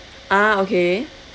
ah okay